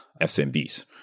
SMBs